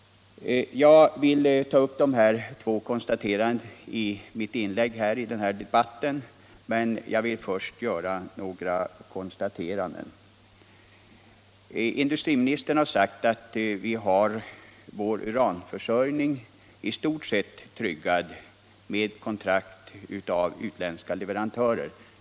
Först vill jag emellertid göra några konstateranden. Industriministern har sagt att vi har vår uranförsörjning i stort sett tryggad genom kontrakt med utländska leverantörer.